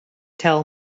tell